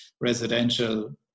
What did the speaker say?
residential